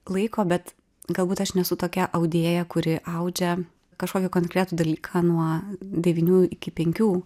laiko bet galbūt aš nesu tokia audėja kuri audžia kažkokį konkretų dalyką nuo devynių iki penkių